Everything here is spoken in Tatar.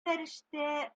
фәрештә